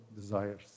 desires